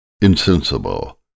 insensible